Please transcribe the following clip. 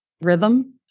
rhythm